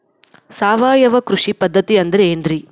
ಸಾವಯವ ಕೃಷಿ ಪದ್ಧತಿ ಅಂದ್ರೆ ಏನ್ರಿ?